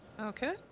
Okay